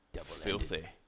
filthy